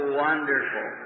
wonderful